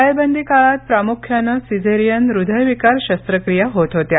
टाळेबंदी काळात प्रामुख्यानं सिझेरीयन हृदयविकार शस्त्रक्रिया होत होत्या